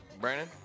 Brandon